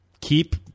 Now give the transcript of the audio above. keep